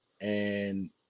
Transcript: And-